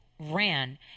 Ran